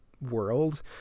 world